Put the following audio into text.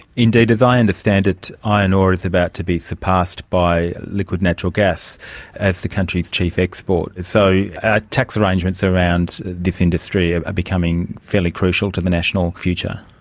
indeed, as i understand it, iron ore is about to be surpassed by liquid natural gas as the country's chief export. so tax arrangements around this industry are becoming fairly crucial to the national future.